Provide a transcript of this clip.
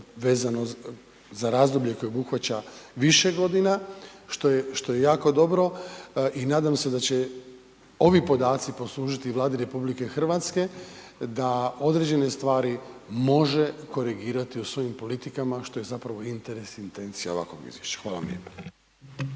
vezano za razdoblje koje obuhvaća više godina, što je jako dobro i nadam se da će ovi podaci poslužiti Vladi RH da određene stvari može korigirati u svojim politikama što je zapravo interes i intencija ovakvog izvješća. Hvala vam